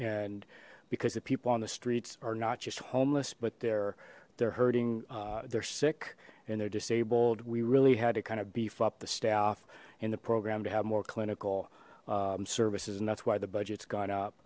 and because the people on the streets are not just homeless but they're they're hurting they're sick and they're disabled we really had to kind of beef up the staff in the program to have more clinical services and that's why the budgets gone up